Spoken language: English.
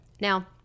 now